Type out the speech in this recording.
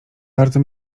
bardzo